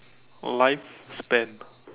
lifespan